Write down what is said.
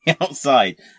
outside